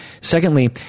Secondly